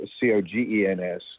C-O-G-E-N-S